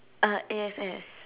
uh A_X_S